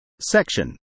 Section